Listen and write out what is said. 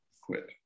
quit